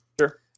Sure